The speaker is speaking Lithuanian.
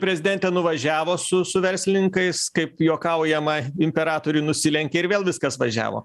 prezidentė nuvažiavo su su verslininkais kaip juokaujama imperatoriui nusilenkė ir vėl viskas važiavo